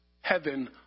heaven